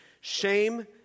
shame